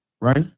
right